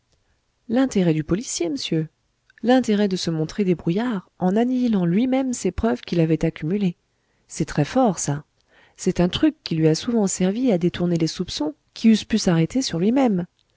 l'intérêt du policier m'sieur l'intérêt de se montrer débrouillard en annihilant lui-même ces preuves qu'il avait accumulées c'est très fort ça c'est un truc qui lui a souvent servi à détourner les soupçons qui eussent pu s'arrêter sur lui-même